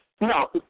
no